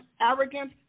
arrogance